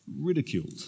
ridiculed